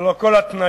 ללא כל התניה: